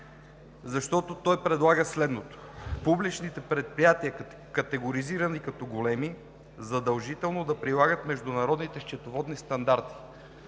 защото той предлага следното: публичните предприятия, категоризирани като големи, задължително да прилагат международните счетоводни стандарти.